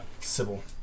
Sybil